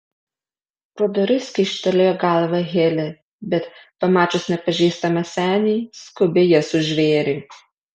pro duris kyštelėjo galvą heli bet pamačius nepažįstamą senį skubiai jas užvėrė